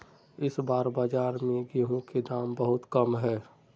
इस बार बाजार में गेंहू के दाम बहुत कम है?